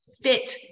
fit